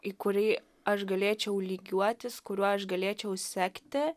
į kurį aš galėčiau lygiuotis kuriuo aš galėčiau sekti